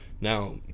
Now